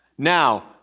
Now